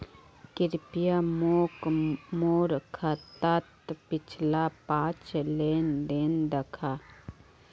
कृप्या मोक मोर खातात पिछला पाँच लेन देन दखा